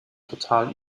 total